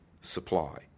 supply